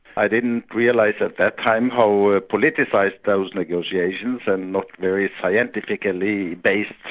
i didn't realise at that time how ah politicised those negotiations, and not very scientifically based,